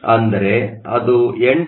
ಅಂದರೆಅದು 8